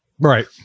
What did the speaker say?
Right